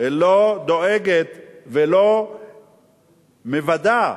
לא דואגת ולא מוודאת,